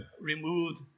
removed